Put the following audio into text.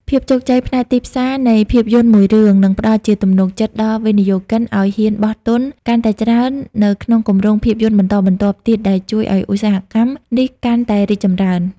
ភាពជោគជ័យផ្នែកទីផ្សារនៃភាពយន្តមួយរឿង នឹងផ្ដល់ជាទំនុកចិត្តដល់វិនិយោគិនឱ្យហ៊ានបោះទុនកាន់តែច្រើននៅក្នុងគម្រោងភាពយន្តបន្តបន្ទាប់ទៀតដែលជួយឱ្យឧស្សាហកម្មនេះកាន់តែរីកចម្រើន។